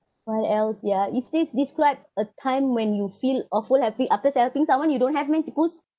what else ya it says describe a time when you feel awful helping after helping someone you don't have meh cik kuz